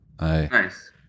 Nice